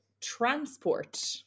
Transport